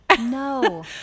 No